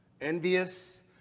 envious